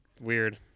Weird